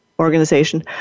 Organization